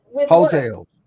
Hotel